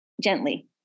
gently